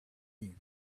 him